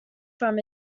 from